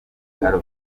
bitaro